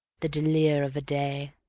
the delire of a day.